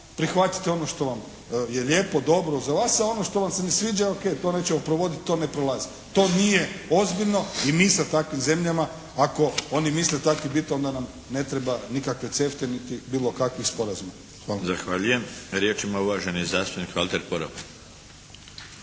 Prihvatite ono što vam je lijepo, dobro za vas, a ono što vam se ne sviđa o.k. to nećemo provoditi, to ne prolazi. To nije ozbiljno i mi sa takvim zemljama ako oni misle takvi biti onda nam ne treba nikakve CEFTA-e niti bilo kakvi sporazumi. Hvala. **Milinović, Darko (HDZ)** Zahvaljujem. Riječ ima uvaženi zastupnik Valter Poropat.